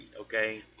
okay